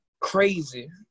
crazy